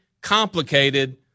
complicated